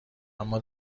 اما